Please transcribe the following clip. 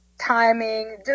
timing